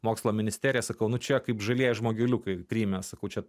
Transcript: mokslo ministeriją sakau nu čia kaip žalieji žmogeliukai kryme sakau čia